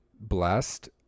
blessed